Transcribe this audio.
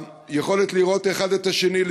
היכולת לראות אחד את השני,